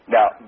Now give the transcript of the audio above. Now